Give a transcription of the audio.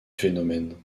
phénomène